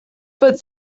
but